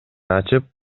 ачып